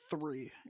three